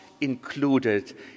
included